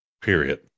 Period